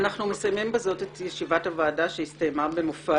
בזאת אנחנו מסיימים את ישיבת הוועדה שהסתיימה במופע